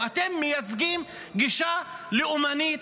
אתם מייצגים גישה לאומנית,